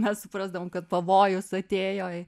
mes suprasdavom kad pavojus atėjo